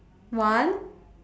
one